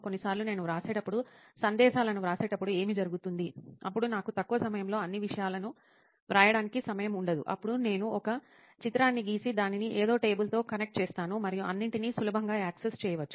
కొన్నిసార్లు నేను వ్రాసేటప్పుడు సందేశాలను వ్రాసేటప్పుడు ఏమి జరుగుతుంది అప్పుడు నాకు తక్కువ సమయంలో అన్ని విషయాలను వ్రాయడానికి సమయం ఉండదు అప్పుడు నేను ఒక చిత్రాన్ని గీసి దానిని ఏదో టేబుల్తో కనెక్ట్ చేస్తాను మరియు అన్నింటినీ సులభంగా యాక్సెస్ చేయవచ్చు